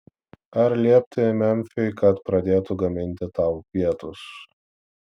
ar liepti merfiui kad pradėtų gaminti tau pietus